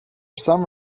some